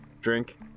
drink